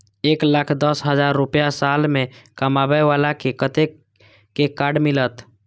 एक लाख दस हजार रुपया साल में कमाबै बाला के कतेक के कार्ड मिलत?